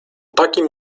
takim